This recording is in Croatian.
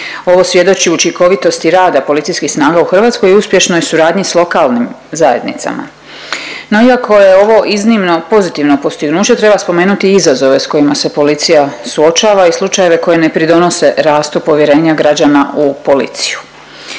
Ovo svjedoči učinkovitosti rada policijskih snaga u Hrvatskoj i uspješnoj suradnji s lokalnim zajednicama. No iako je ovo iznimno pozitivno postignuće treba spomenuti i izazove s kojima se policija suočava i slučajeve koji ne pridonose rastu povjerenja građana u policiju.